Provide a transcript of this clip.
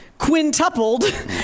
quintupled